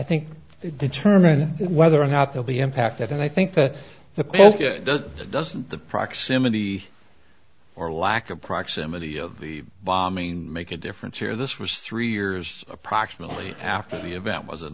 think determine whether or not they'll be impacted and i think that the post doesn't the proximity or lack of proximity of the bombing make a difference here this was three years approximately after the event was